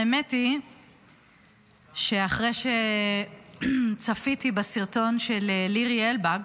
האמת היא שאחרי שצפיתי בסרטון של לירי אלבג,